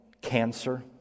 cancer